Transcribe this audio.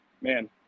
man